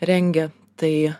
rengia tai